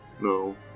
No